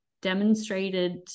demonstrated